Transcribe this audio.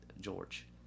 George